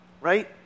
right